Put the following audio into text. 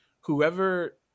whoever